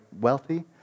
wealthy